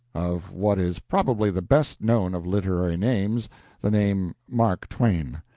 of what is probably the best known of literary names the name mark twain.